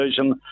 version